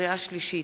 בקריאה ראשונה.